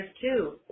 two